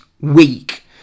week